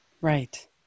Right